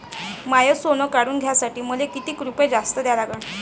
माय सोनं काढून घ्यासाठी मले कितीक रुपये जास्त द्या लागन?